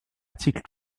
article